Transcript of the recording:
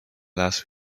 last